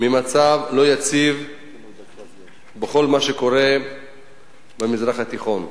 ממצב לא יציב בכל מה שקורה במזרח התיכון.